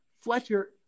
Fletcher